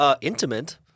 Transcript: Intimate